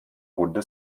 runde